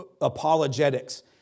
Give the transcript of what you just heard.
Apologetics